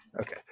Okay